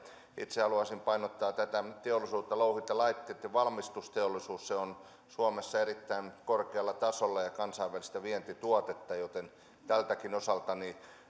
itse haluaisin painottaa tätä teollisuutta louhintalaitteitten valmistusteollisuus on suomessa erittäin korkealla tasolla ja kansainvälistä vientituotetta joten tältäkin osalta